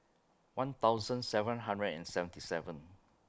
one thousand seven hundred and seventy seven